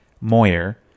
moyer